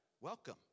welcome